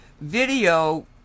video